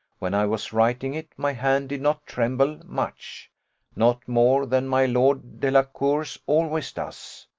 when i was writing it, my hand did not tremble much not more than my lord delacour's always does.